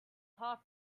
half